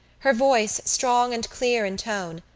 her voice, strong and clear in tone,